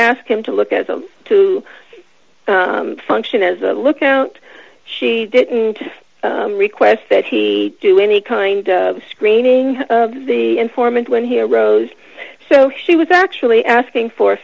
ask him to look as to function as a lookout she didn't request that he do any kind of screening of the informant when heroes so she was actually asking for a